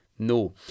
No